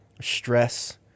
stress—